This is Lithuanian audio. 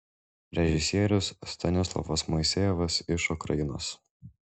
režisierius stanislovas moisejevas iš ukrainos